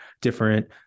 different